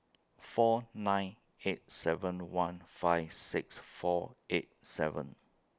four nine eight seven one five six four eight seven